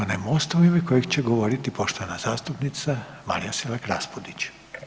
onaj MOST-a u ime kojeg će govoriti poštovana zastupnica Marija Selak Raspudić.